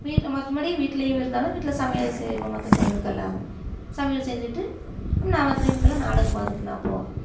வீட்டில் மற்றப்படி வீட்டுலையும் இருந்தாலும் வீட்டில் சமையல் செய்வோம் மற்ற டைமுக்கெல்லாம் சமையல் செஞ்சுட்டு நாங்கள் மற்ற டைமுக்கெல்லாம் நாடகம் பார்த்து பார்ப்போம்